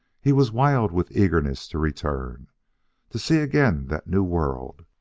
he was wild with eagerness to return to see again that new world,